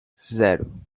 zero